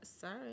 Sorry